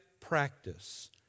practice